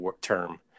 term